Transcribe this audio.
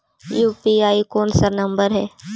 UPI कोन सा number हैं?